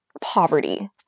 poverty